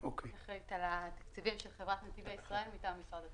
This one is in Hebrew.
אני אחראית על התקציבים של חברת נתיבי ישראל מטעם משרד התחבורה.